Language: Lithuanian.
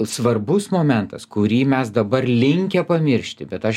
svarbus momentas kurį mes dabar linkę pamiršti bet aš